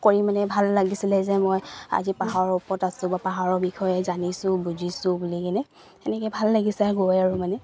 কৰি মানে ভাল লাগিছিলে যে মই আজি পাহাৰৰ ওপৰত আছো বা পাহাৰৰ বিষয়ে জানিছো বুজিছো বুলি কিনে তেনেকৈ ভাল লাগিছে গৈ আৰু মানে